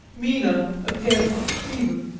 mina appeared not to see them.